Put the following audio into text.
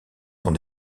sont